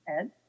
Ed